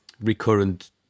recurrent